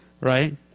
right